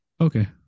Okay